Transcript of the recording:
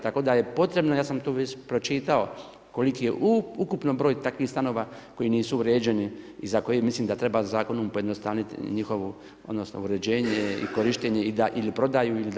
Tako da je potrebno, ja sam tu već pročitao koliki je ukupni broj takvih stanova koji nisu uređeni i za koje mislim da treba zakonom pojednostaviti njihovu, odnosno uređenje i korištenje ili prodaju ili davanje na korištenje.